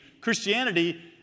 Christianity